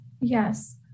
Yes